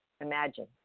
Imagine